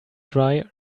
dry